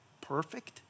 perfect